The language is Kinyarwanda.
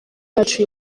yacu